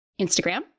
Instagram